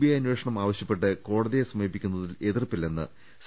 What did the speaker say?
I അന്വേഷണം ആവശ്യപ്പെട്ട് കോ ടതിയെ സമീപിക്കുന്നതിൽ എതിർപ്പില്ലെന്ന് സി